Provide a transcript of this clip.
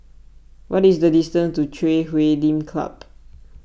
what is the distance to Chui Huay Lim Club